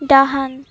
ଡାହାଣ